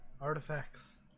artifacts